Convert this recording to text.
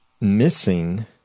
missing